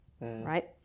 right